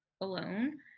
alone